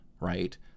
right